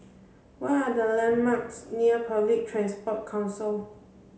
what are the landmarks near Public Transport Council